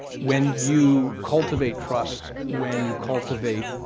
when you cultivate trust, when you cultivate